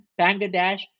Bangladesh